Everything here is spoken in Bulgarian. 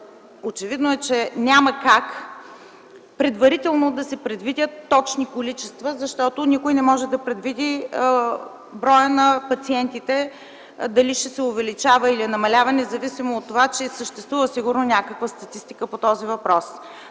Очевидно е, че няма как предварително да се предвидят точни количества, защото никой не може да предвиди броя на пациентите дали ще се увеличава или намалява, независимо от това, че съществува сигурно някаква статистика по този въпрос.